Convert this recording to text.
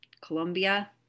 Colombia